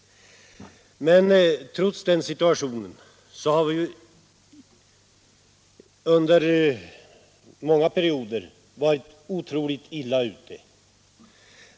Trots den situationen har vi under flera perioder varit otroligt illa ute.